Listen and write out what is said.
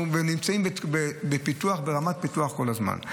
אנחנו נמצאים ברמת פיתוח כל הזמן.